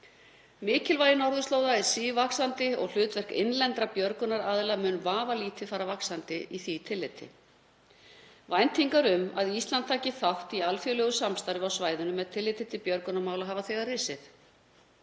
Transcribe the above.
Mikilvægi norðurslóða fer sívaxandi og hlutverk innlendra björgunaraðila mun vafalítið fara vaxandi í því tilliti. Væntingar um að Ísland taki þátt í alþjóðlegu samstarfi á svæðinu með tilliti til björgunarmála hafa þegar risið.